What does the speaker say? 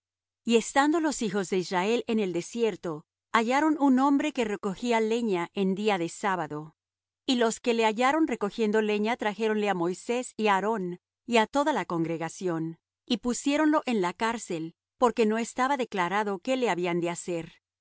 y estando los hijos de israel en el desierto hallaron un hombre que recogía leña en día de sábado y los que le hallaron recogiendo leña trajéronle á moisés y á aarón y á toda la congregación y pusiéronlo en la cárcel por que no estaba declarado qué le habían de hacer